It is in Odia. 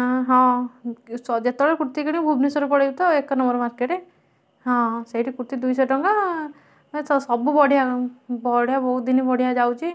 ଆଁ ହଁ ଯେତେବେଳେ କୁର୍ତ୍ତୀ କିଣିବୁ ଭୁବନେଶ୍ୱର ପଳେଇବୁ ତ ଏକ ନମ୍ବର ମାର୍କେଟ ହଁ ସେଇଠି କୁର୍ତ୍ତୀ ଦୁଇଶହ ଟଙ୍କା ଏ ତ ସବୁ ବଢ଼ିଆ ବଢ଼ିଆ ବହୁତ ଦିନ ବଢ଼ିଆ ଯାଉଛି